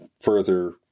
further